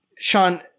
Sean